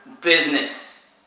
business